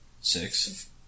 Six